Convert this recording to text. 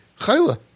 chayla